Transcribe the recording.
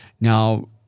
Now